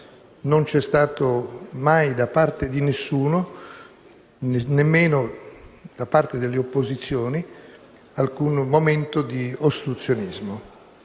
non c'è stato mai da parte di nessuno - nemmeno da parte delle opposizioni - alcun momento di ostruzionismo.